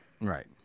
Right